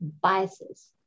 biases